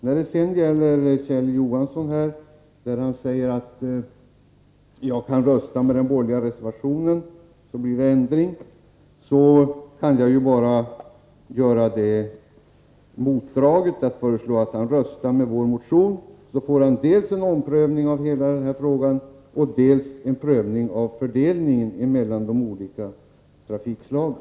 Kjell Johansson sade att jag kan rösta på den borgerliga reservationen så att det blir en ändring. Jag vill då göra det motdraget att jag föreslår att han röstar på vår motion. Då får vi dels en omprövning av hela denna fråga, dels en prövning av fördelningen av kostnaderna mellan de olika trafikslagen.